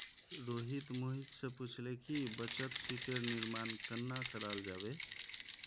रोहित मोहित स पूछले कि बचत शीटेर निर्माण कन्ना कराल जाबे